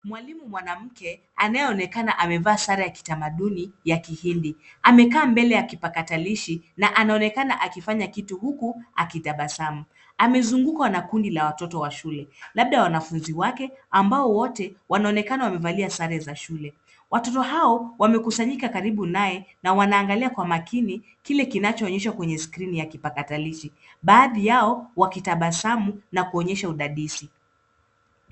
Mwanalimu mwanamke anayeonekana amevaa sare ya kitamaduni ya kihindi. Amekaa mbele ya kipakatalishi na anaonekana akifanya kitu huku akitabasamu. Amezungukwa na kundi la watoto wa shule labda wanafunzi wake ambao wote wanaonekana wamevalia sare za shule. Watoto hao wamekusanyika karibu naye na wanaangalia kwa makini kinachoonyeshwa kwenye skrini ya kipakatalishi baadhi yao wakitabasamu na kuonyesha udadisi.